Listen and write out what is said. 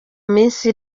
minsi